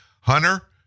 Hunter